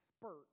spurt